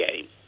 game